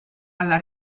alla